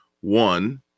One